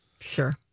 Sure